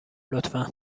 لطفا